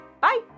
bye